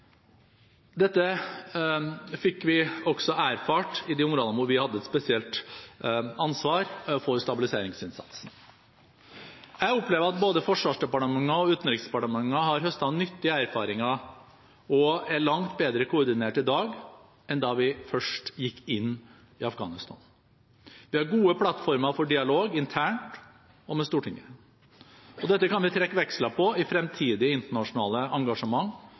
Dette fikk vi også erfare i de områdene hvor vi hadde et spesielt ansvar for stabiliseringsinnsatsen. Jeg opplever at både Forsvarsdepartementet og Utenriksdepartementet har høstet nyttige erfaringer og er langt bedre koordinert i dag enn da vi først gikk inn i Afghanistan. Vi har gode plattformer for dialog internt og med Stortinget. Dette kan vi trekke veksler på i fremtidige internasjonale engasjement,